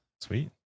Sweet